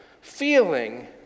feeling